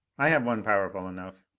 i have one powerful enough.